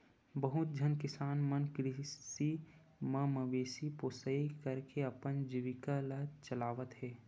बहुत झन किसान मन कृषि म मवेशी पोसई करके अपन जीविका ल चलावत हे